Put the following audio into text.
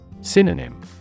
Synonym